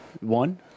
one